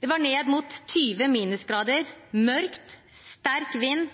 Det var ned mot 20 minusgrader, mørkt, sterk vind